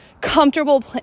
comfortable